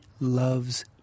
loves